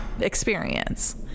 experience